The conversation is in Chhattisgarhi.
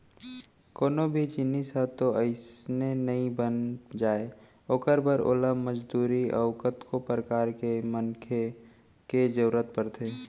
कोनो भी जिनिस ह तो अइसने नइ बन जाय ओखर बर ओला मजदूरी अउ कतको परकार के मनखे के जरुरत परथे